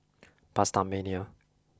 PastaMania